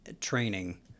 training